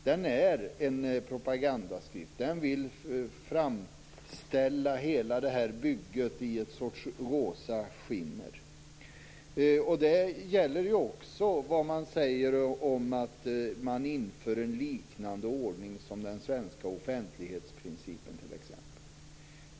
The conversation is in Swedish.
Den är en propagandaskrift som vill framställa hela bygget i en sorts rosa skimmer. Det gäller också det som sägs om att man inför en liknande ordning som den svenska offentlighetsprincipen.